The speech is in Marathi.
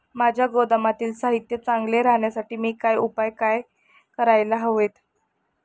माझ्या गोदामातील साहित्य चांगले राहण्यासाठी मी काय उपाय काय करायला हवेत?